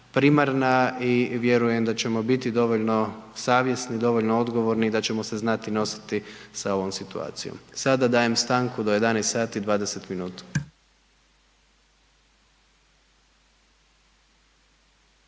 primarna i vjerujem da ćemo biti dovoljno savjesni, dovoljno odgovorni i da ćemo se znati nositi sa ovom situacijom. Sada dajem stanku do 11 sati i 20 minuta.